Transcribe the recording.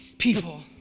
people